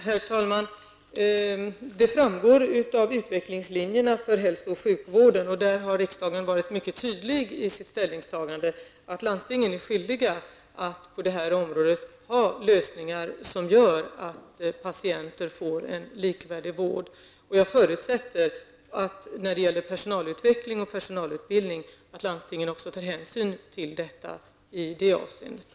Herr talman! Riksdagen har beträffande utvecklingslinjerna för hälso och sjukvården varit mycket tydlig i sitt ställningstagande. Landstingen är skyldiga att ha lösningar som gör att patienter kan få en likvärdig vård. Jag förutsätter att landstingen när det gäller personalutveckling och personalutbildning även tar hänsyn till förlossningar.